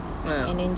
ah